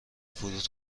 فرود